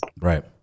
Right